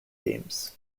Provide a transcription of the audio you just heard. teams